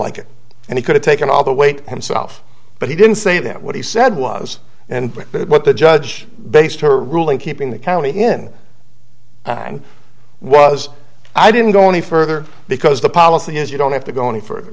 like it and he could have taken all the weight himself but he didn't say that what he said was and what the judge based her ruling keeping the county in and was i didn't go any further because the policy is you don't have to go any further